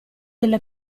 della